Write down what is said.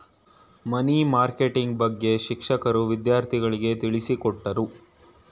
ಮನಿ marketing ಬಗ್ಗೆ ಶಿಕ್ಷಕರು ವಿದ್ಯಾರ್ಥಿಗಳಿಗೆ ತಿಳಿಸಿಕೊಟ್ಟರು